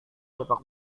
sepak